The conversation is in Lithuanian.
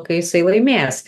kai jisai laimės